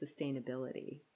sustainability